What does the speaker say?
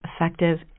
effective